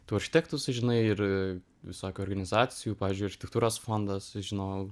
tuo architektų sužinai ir visokių organizacijų pavyzdžiui architektūros fondą sužinojau